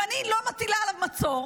אם אני לא מטילה עליו מצור,